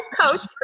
coach